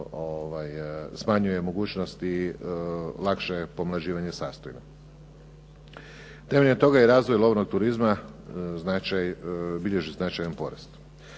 smanjuje mogućnosti lakšeg pomlađivanja … /Govornik se ne razumije./ … Temeljem toga je razvoj lovnog turizma bilježi značajan porast.